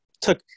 took